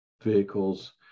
vehicles